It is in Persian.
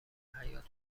حیاط